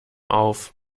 auf